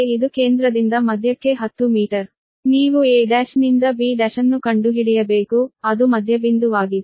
ಆದ್ದರಿಂದ ನೀವು a1 ನಿಂದ b1 ಅನ್ನು ಕಂಡುಹಿಡಿಯಬೇಕು ಅದು ಮಧ್ಯಬಿಂದುವಾಗಿದೆ